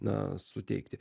na suteikti